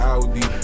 Audi